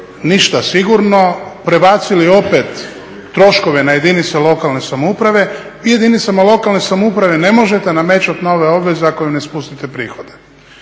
ništa sigurno, prebacili opet troškove na jedinice lokalne samouprave. Vi jedinicama lokalne samouprave ne možete nametati nove obveze ako im ne spustite prihode.